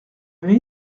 aimé